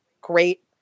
great